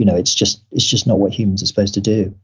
you know it's just it's just not what humans are supposed to do.